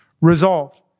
resolved